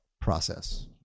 process